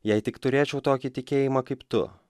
jei tik turėčiau tokį tikėjimą kaip tu